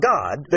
God